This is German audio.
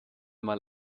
mal